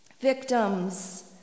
victims